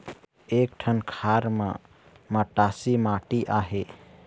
एक ठन खार म मटासी माटी आहे?